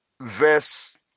verse